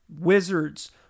Wizards